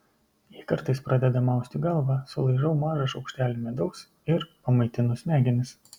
jei kartais pradeda mausti galvą sulaižau mažą šaukštelį medaus ir pamaitinu smegenis